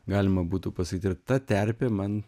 galima būtų pasakyt ir ta terpė man